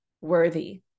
worthy